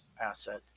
asset